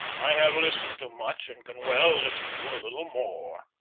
i have listened to much and can well listen to a little more.